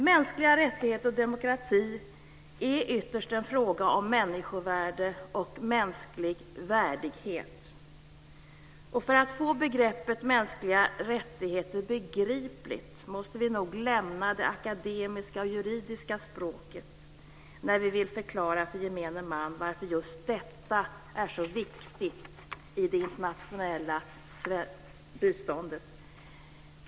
Mänskliga rättigheter och demokrati är ytterst en fråga om människovärde och mänsklig värdighet. För att få begreppet mänskliga rättigheter begripligt måste vi nog lämna det akademiska, juridiska språket när vi vill förklara för gemene man varför just detta är så viktigt i det internationella biståndet.